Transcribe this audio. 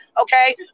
okay